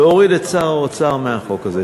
להוריד את שר האוצר מהחוק הזה.